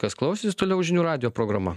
kas klausėsi toliau žinių radijo programa